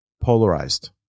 polarized